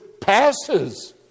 passes